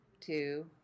two